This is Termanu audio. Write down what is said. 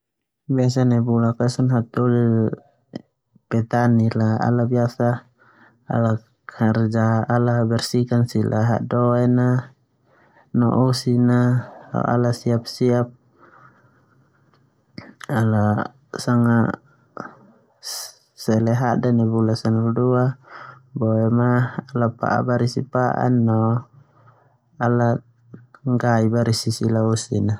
Biasa nai bulak sanahulu esa petani ala kerja bershkan sila hadaoen a no osin a ho ala siap siap ala sanga sele hade nai bula sanahulu dua no pa'a barisi pa'an no gai barisinosin a.